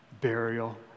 burial